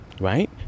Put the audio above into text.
Right